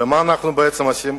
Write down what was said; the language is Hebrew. ומה אנחנו בעצם עושים?